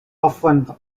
often